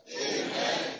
Amen